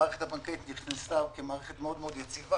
המערכת הבנקאית נכנסה כמערכת מאוד מאוד יציבה,